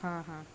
हां हां